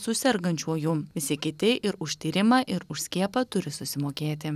su sergančiuoju visi kiti ir už tyrimą ir už skiepą turi susimokėti